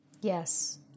Yes